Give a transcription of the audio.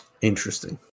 Interesting